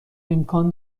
امکان